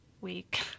week